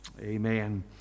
Amen